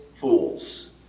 fools